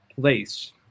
place